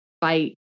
fight